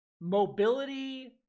Mobility